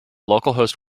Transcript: localhost